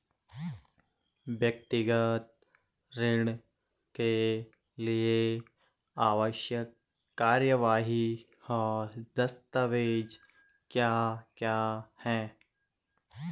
व्यक्तिगत ऋण के लिए आवश्यक कार्यवाही और दस्तावेज़ क्या क्या हैं?